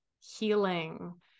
healing